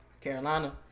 Carolina